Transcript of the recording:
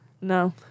No